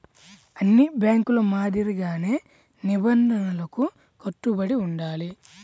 అన్ని బ్యేంకుల మాదిరిగానే నిబంధనలకు కట్టుబడి ఉండాలి